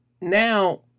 now